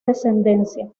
descendencia